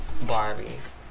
Barbies